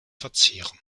verzehren